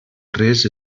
res